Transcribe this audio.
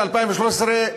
של 2013,